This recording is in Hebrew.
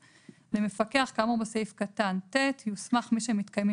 (י) למפקח כאמור בסעיף קטן (ט) יוסמך מי שמתקיימים